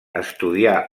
estudià